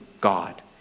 God